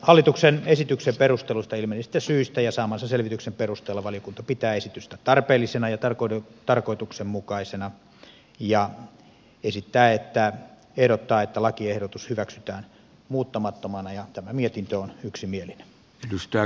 hallituksen esityksen perusteluista ilmenevistä syistä ja saamansa selvityksen perusteella valiokunta pitää esitystä tarpeellisena ja tarkoituksenmukaisena ja ehdottaa että lakiehdotus hyväksytään muuttamattomana ja tämä mietintö on yksimielinen